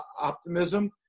optimism